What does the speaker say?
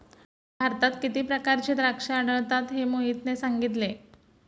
भारतात किती प्रकारची द्राक्षे आढळतात हे मोहितने सांगितले